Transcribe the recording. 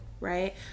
right